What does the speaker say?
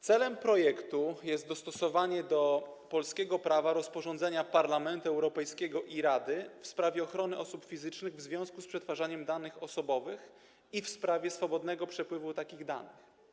Celem projektu jest dostosowanie do polskiego prawa rozporządzenia Parlamentu Europejskiego i Rady w sprawie ochrony osób fizycznych w związku z przetwarzaniem danych osobowych i w sprawie swobodnego przepływu takich danych.